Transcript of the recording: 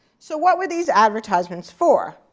so what were these advertisements for?